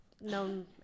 known